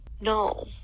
no